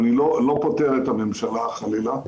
אני לא פוטר את הממשלה, חלילה,